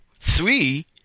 Three